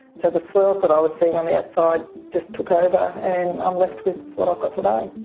so the swirls that i was seeing on the outside just took over and i'm left with what i've got today.